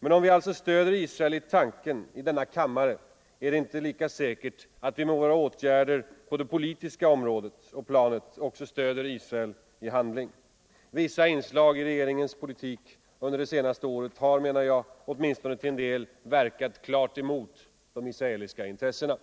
Men om vi alltså stöder Israel i tanken i denna kammare är det inte lika säkert att vi med våra åtgärder på det politiska området och planet också stöder Israel i handling. Vissa inslag i regeringens politik under det senaste året har, menar jag, åtminstone till en del, verkat klart emot de israeliska intressena.